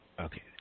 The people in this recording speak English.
Okay